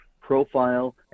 profile